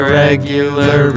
regular